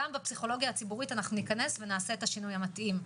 גם בפסיכולוגיה הציבורית אנחנו ניכנס ונעשה את השינוי המתאים.